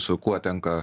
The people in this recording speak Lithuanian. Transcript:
su kuo tenka